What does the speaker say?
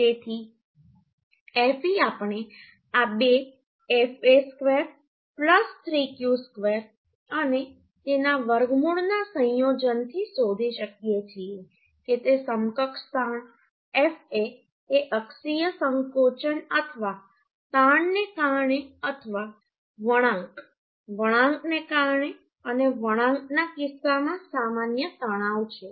તેથી fe આપણે આ બે fa ² 3q ² અને તેના વર્ગમૂળના સંયોજનથી શોધી શકીએ છીએ કે તે સમકક્ષ તાણ fa એ અક્ષીય સંકોચન અથવા તાણને કારણે અથવા વળાંક વળાંકને કારણે અને વળાંકના કિસ્સામાં સામાન્ય તણાવ છે